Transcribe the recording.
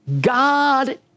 God